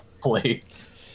Plates